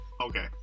okay